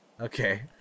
okay